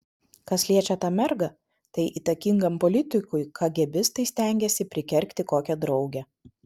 kas liečia tą mergą tai įtakingam politikui kagėbistai stengiasi prikergti kokią draugę